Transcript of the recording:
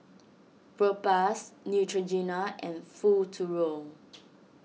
Propass Neutrogena and Futuro